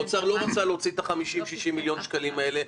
האוצר לא רצה להוציא את ה-60-50 מיליון שקלים האלה.